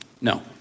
No